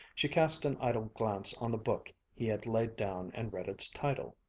she cast an idle glance on the book he had laid down and read its title,